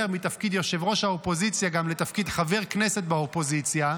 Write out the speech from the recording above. מתפקיד ראש האופוזיציה לתפקיד חבר כנסת באופוזיציה,